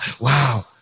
wow